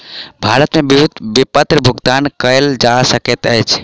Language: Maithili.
भारत मे विद्युत विपत्र भुगतान कयल जा सकैत अछि